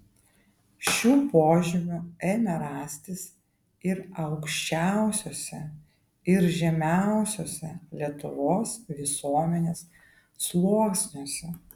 šių požymių ėmė rastis ir aukščiausiuose ir žemiausiuose lietuvos visuomenės sluoksniuose